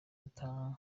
gutaha